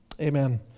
Amen